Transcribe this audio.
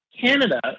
Canada